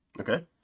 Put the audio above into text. Okay